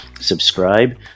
subscribe